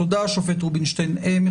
אנחנו